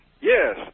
Yes